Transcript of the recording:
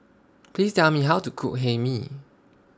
Please Tell Me How to Cook Hae Mee